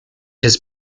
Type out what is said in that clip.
his